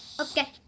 Okay